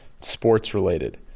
sports-related